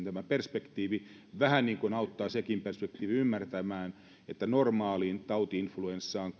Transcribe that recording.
tämä perspektiivi se perspektiivikin vähän niin kuin auttaa ymmärtämään että normaaliin tauti influenssaan